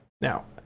Now